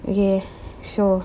okay so